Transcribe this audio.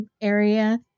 area